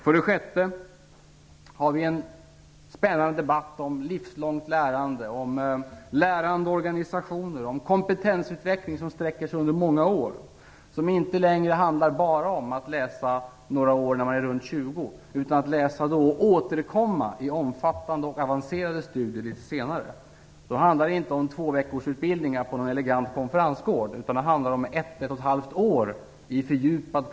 För det sjätte har vi en spännande debatt om livslångt lärande, om lärande i organisationer, om en kompetensutveckling som sträcker sig över många år och som inte bara handlar om att studera några år omkring 20-årsåldern utan om att återkomma i omfattande och avancerade studier litet senare. Det handlar då inte om tvåveckorsutbildningar på någon elegant konferensgård utan om ett till ett och ett halvt års kunskapsfördjupning.